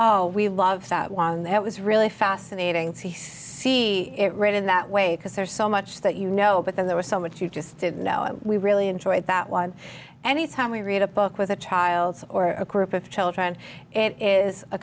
oh we love sat one that was really fascinating to see it read in that way because there's so much that you know but then there was so much you just said no we really enjoyed that one any time we read a book with a child or a group of children it is a